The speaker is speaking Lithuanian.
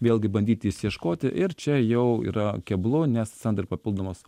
vėlgi bandyti išsiieškoti ir čia jau yra keblu nes atsiranda papildomos